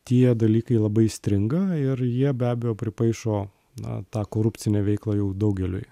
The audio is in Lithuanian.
tie dalykai labai stringa ir jie be abejo pripaišo na tą korupcinę veiklą jau daugeliui